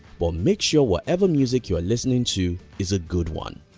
but make sure whatever music you are listening to is a good one.